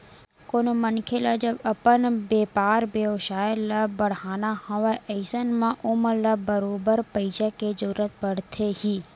कोनो मनखे ल जब अपन बेपार बेवसाय ल बड़हाना हवय अइसन म ओमन ल बरोबर पइसा के जरुरत पड़थे ही